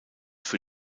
für